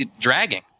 Dragging